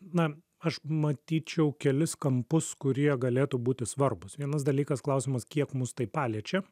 na aš matyčiau kelis kampus kurie galėtų būti svarbūs vienas dalykas klausimas kiek mus tai paliečia